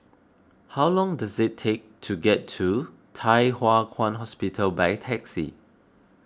how long does it take to get to Thye Hua Kwan Hospital by taxi